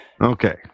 Okay